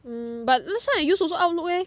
mm but last time I used also outlook eh